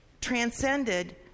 transcended